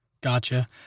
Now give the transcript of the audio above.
Gotcha